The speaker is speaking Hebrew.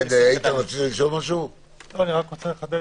אני רוצה לחדד